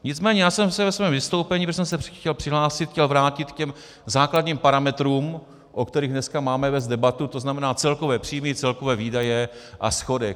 Nicméně jsem se ve svém vystoupení, protože jsem se chtěl přihlásit, chtěl vrátit k základním parametrům, o kterých dneska máme vést debatu, to znamená celkové příjmy, celkové výdaje a schodek.